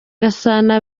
gasana